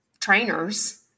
trainers